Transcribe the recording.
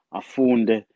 afunde